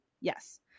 Yes